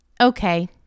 okay